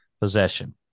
possession